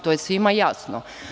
To je svima jasno.